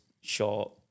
short